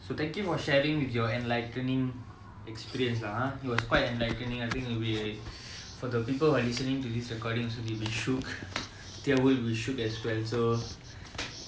so thank you for sharing with your enlightening experience ah it was quite enlightening I think we uh for the people who are listening to this recording so they will shook their world would be shook as well so